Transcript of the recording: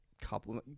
couple